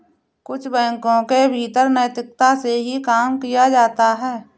कुछ बैंकों के भीतर नैतिकता से ही काम किया जाता है